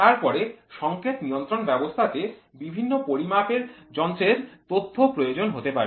তারপরে সংকেত নিয়ন্ত্রণ ব্যবস্থা তে বিভিন্ন পরিমাপের যন্ত্রের তথ্য প্রয়োজন হতে পারে